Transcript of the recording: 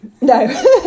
no